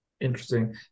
Interesting